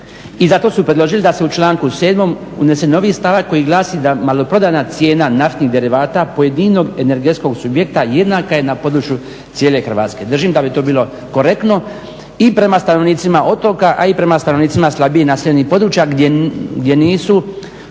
I zato su predložili da se u članku 7. unese novi stavak koji glasi da maloprodajna cijena naftnih derivata pojedinog energetskog subjekta jednaka je na području cijele Hrvatske. Držim da bi to bilo korektno i prema stanovnicima otoka a i prema stanovnicima slabije naseljenih područja gdje nisu